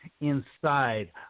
Inside